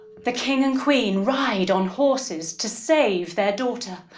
the king and queen ride on horses to save their daughter.